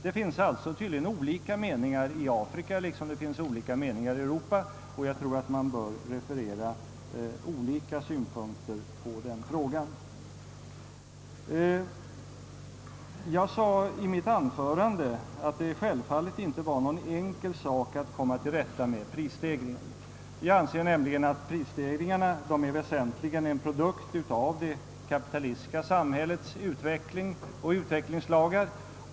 Det finns alltså tydligen olika meningar i Afrika, liksom det finns olika meningar i Europa, och man bör nog referera olika synpunkter på denna fråga. Jag sade i mitt anförande att det självfallet inte var någon enkel sak att komma till rätta med prisstegringar. Jag anser att prisstegringen väsentligen är en produkt av det kapitalistiska samhällets utveckling och utvecklingslagar.